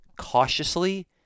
cautiously